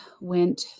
went